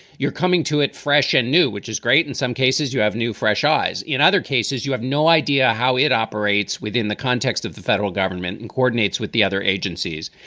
you're coming to it fresh and new, which is great. in some cases, you have new, fresh eyes. in other cases, you have no idea how it operates within the context of the federal government and coordinates with the other agencies.